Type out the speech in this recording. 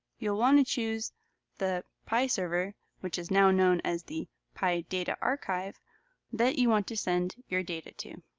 you'll want to choose the pi server which is now known as the pi data archive that you want to send your data to.